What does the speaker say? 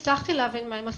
הצלחתי להבין מה הן הסכנות.